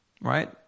right